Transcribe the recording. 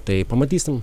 tai pamatysim